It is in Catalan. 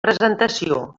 presentació